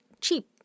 cheap